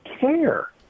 care